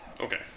Okay